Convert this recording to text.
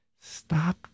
Stop